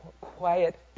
quiet